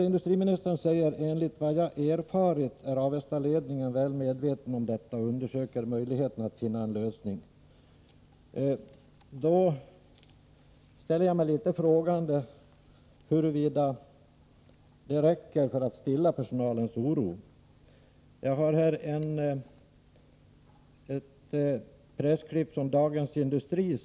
Industriministern säger: ”Enligt vad jag erfarit är Avestaledningen väl medveten om detta och undersöker också möjligheterna att finna en lösning —---.” Jag ställer mig litet frågande till om detta är tillräckligt för att stilla personalens oro. Jag har här i min hand ett pressklipp från Dagens Industri.